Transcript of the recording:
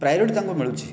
priority ତାଙ୍କୁ ମିଳୁଛି